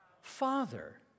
Father